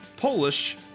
Polish